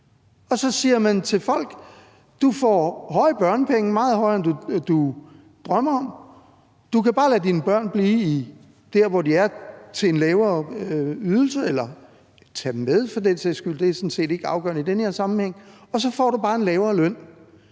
og så siger man til folk: Du får høje børnepenge – meget højere, end du drømmer om – og du kan bare lade dine børn blive der, hvor de er, til en lavere ydelse, eller tage dem med for den sags skyld, det er sådan set ikke afgørende i den her sammenhæng, og så får du bare en lavere løn.